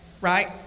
right